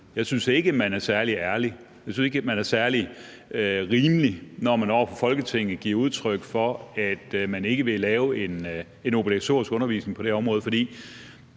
Jeg synes ikke, at man er særlig ærlig; jeg synes ikke, at man er særlig rimelig, når man over for Folketinget giver udtryk for, at man ikke vil lave en obligatorisk undervisning på det her område. For